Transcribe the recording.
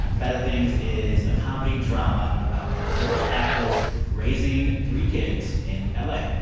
better things is a comedy-drama about a divorced actress raising three kids in ah like